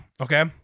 okay